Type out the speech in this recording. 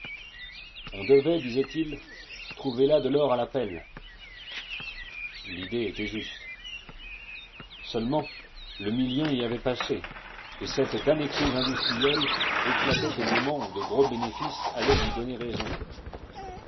on devait disait-il trouver là de l'or à la pelle l'idée était juste seulement le million y avait passé et cette damnée crise industrielle éclatait au moment où de gros bénéfices allaient lui donner raison